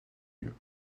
dieu